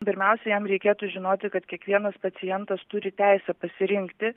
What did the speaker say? pirmiausia jam reikėtų žinoti kad kiekvienas pacientas turi teisę pasirinkti